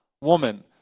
woman